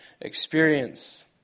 experience